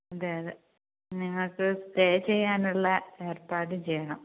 അതെ അതെ ഞങ്ങൾക്ക് സ്റ്റേ ചെയ്യാനുള്ള ഏർപ്പാട് ചെയ്യണം